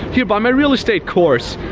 here, buy my real estate course.